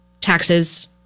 Taxes